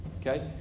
Okay